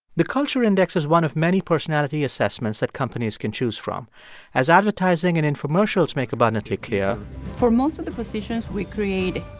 the culture index is one of many personality assessments that companies can choose from as advertising and infomercials make abundantly clear for most of the positions we create.